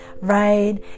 right